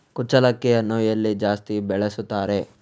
ಕುಚ್ಚಲಕ್ಕಿಯನ್ನು ಎಲ್ಲಿ ಜಾಸ್ತಿ ಬೆಳೆಸುತ್ತಾರೆ?